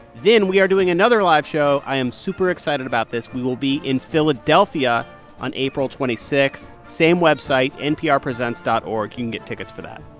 then we are doing another live show. i am super excited about this. we will be in philadelphia on april twenty six same website, nprpresents dot org. you can get tickets for that.